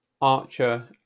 Archer